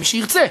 למי שירצה.